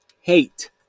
hate